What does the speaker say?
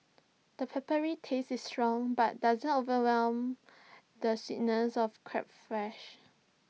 the peppery taste is strong but doesn't overwhelm the sweetness of crab's flesh